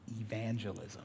evangelism